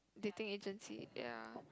dating agency ya